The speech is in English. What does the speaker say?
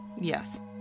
Yes